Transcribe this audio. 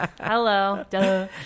Hello